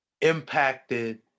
impacted